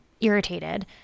irritated